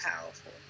powerful